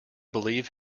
believe